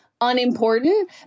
unimportant